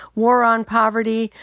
war on poverty,